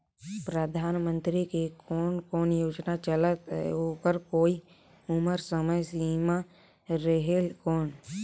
परधानमंतरी के कोन कोन योजना चलत हे ओकर कोई उम्र समय सीमा रेहेल कौन?